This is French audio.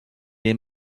les